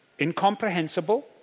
incomprehensible